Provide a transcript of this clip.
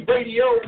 Radio